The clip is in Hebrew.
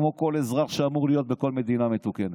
כמו כל אזרח שאמור להיות בכל מדינה מתוקנת,